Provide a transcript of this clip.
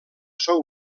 són